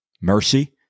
Mercy